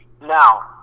Now